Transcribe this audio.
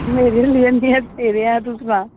मेरे अजें हैनी ऐ तेरे ऐ तू सनाऽ